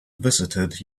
visited